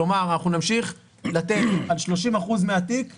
כלומר אנחנו נמשיך לתת על 30% של התיק תשואה,